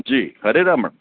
जी Hare Ram